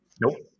nope